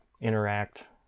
interact